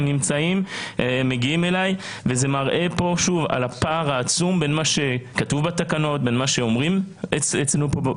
הם מגיעים אליי וזה מראה על הפער בין מה שכתוב בתקנות ומה שנאמר בוועדה,